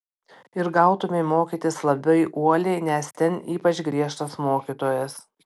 ir gautumei mokytis labai uoliai nes ten ypač griežtas mokytojas